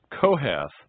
Kohath